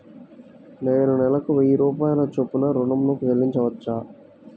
నేను నెలకు వెయ్యి రూపాయల చొప్పున ఋణం ను చెల్లించవచ్చా?